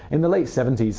in the late seventy s,